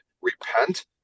repent